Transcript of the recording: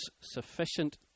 sufficient